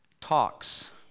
talks